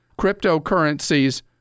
cryptocurrencies